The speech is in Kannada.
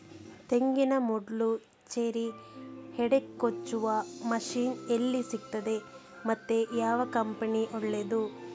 ತೆಂಗಿನ ಮೊಡ್ಲು, ಚೇರಿ, ಹೆಡೆ ಕೊಚ್ಚುವ ಮಷೀನ್ ಎಲ್ಲಿ ಸಿಕ್ತಾದೆ ಮತ್ತೆ ಯಾವ ಕಂಪನಿ ಒಳ್ಳೆದು?